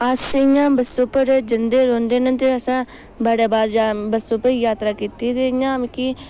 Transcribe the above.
अस इ'यां बस उप्पर जंदे रौंह्दे न ते असें बड़े बारी बस उप्पर जात्तरा कीती दी इ'यां मिगी